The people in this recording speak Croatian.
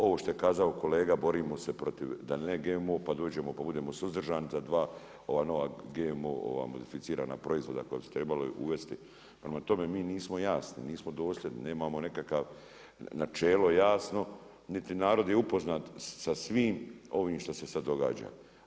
Ovo što je kazao kolega borimo se protiv GMO-a pa dođemo pa budemo suzdržani za dva ova nova GMO modificirana proizvoda koja su trebali uvesti, prema tome mi nismo jasno, nismo dosljedni, nemamo nekakav načelo jasno niti je narod upoznat sa svim ovim što se sada događa.